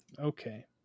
Okay